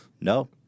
No